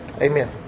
Amen